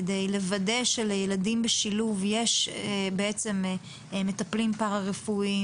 כדי לוודא שלילדים בשילוב יש בעצם מטפלים פרא רפואיים,